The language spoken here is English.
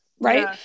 right